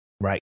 Right